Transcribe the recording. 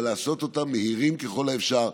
אבל לעשות אותם מהירים ככל האפשר,